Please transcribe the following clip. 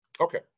Okay